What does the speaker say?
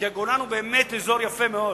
כי הגולן הוא באמת אזור יפה מאוד.